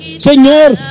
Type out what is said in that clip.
Señor